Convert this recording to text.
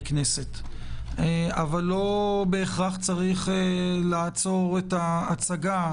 כנסת אבל לא בהכרח צריך לעצור את ההצגה.